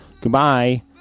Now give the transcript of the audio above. Goodbye